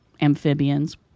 amphibians